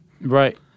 Right